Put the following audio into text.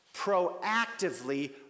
Proactively